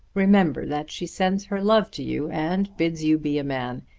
remember that she sends her love to you, and bids you be a man.